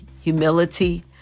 humility